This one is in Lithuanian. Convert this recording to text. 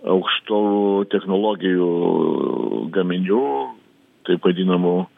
aukštų technologijų gaminių taip vadinamų